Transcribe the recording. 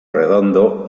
redondo